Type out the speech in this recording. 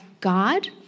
God